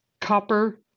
Copper